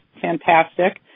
fantastic